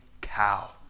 cow